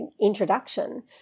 introduction